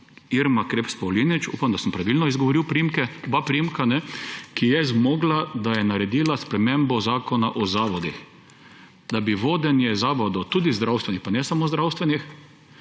Irma Krebs Pavlinič – upam, da sem pravilno izgovoril oba priimka –, ki je zmogla, da je naredila spremembo Zakona o zavodih, da bi vodenje zavodov, tudi zdravstvenih, pa ne samo zdravstvenih,